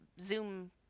Zoom